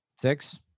six